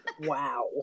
Wow